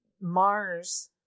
Mars